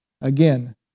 Again